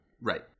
Right